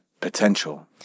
potential